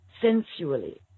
sensually